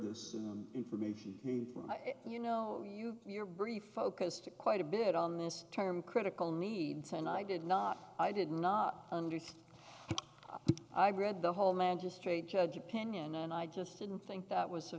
this information came from you know you your brief focused quite a bit on this term critical needs and i did not i did not understand i've read the whole magistrate judge opinion and i just didn't think that was a